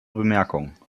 bemerkung